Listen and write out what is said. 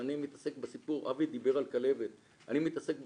אבל מדובר במחלה קשה,